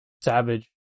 savage